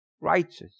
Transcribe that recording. righteous